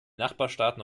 nachbarstaaten